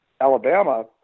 Alabama